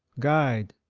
guide.